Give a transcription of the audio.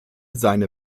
seine